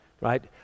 right